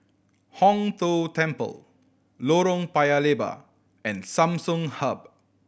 Hong Tho Temple Lorong Paya Lebar and Samsung Hub